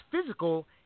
physical